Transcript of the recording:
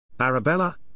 Arabella